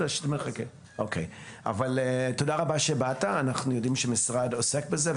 תודה רבה שבאת, אנחנו יודעים שהמשרד עוסק בזה.